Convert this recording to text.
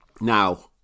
Now